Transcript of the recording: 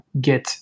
get